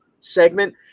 segment